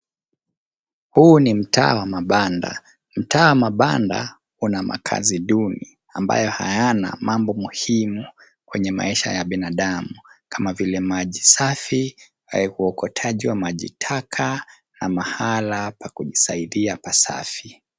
Huu ni mtaa wa mabanda. Mtaa wa mabanda una makazi duni ambayo hayana mambo muhimu kwenye maisha ya binadamu kama vile maji safi, uokotaji wa maji taka na mahala pa kujisaidia pasafi.